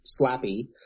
Slappy